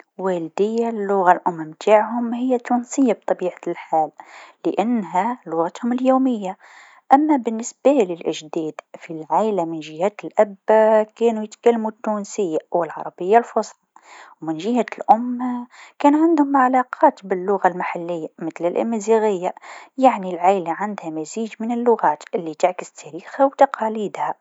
والديا اللغة الأم نتاعهم هي التونسيه بطبيعة الحال لأنها لغتهم اليوميه، أما بالنسبه للأجداد في العايله من جهه الأب كانو يتكلمو التونسيه و العربيه الفصحى، و من جهة الأم كانت عندهم علاقات باللغه المحليه مثل الأمازيغيه، يعني العايله عندها مزيج من اللغات الي تعكس تاريخها و تقاليدها.